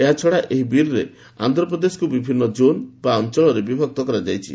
ଏହାଛଡ଼ା ଏହି ବିଲ୍ରେ ଆନ୍ଧ୍ରପ୍ରଦେଶକୁ ବିଭିନ୍ନ କୋନ ବା ଅଞ୍ଚଳରେ ବିଭକ୍ତ କରାଯାଇଛି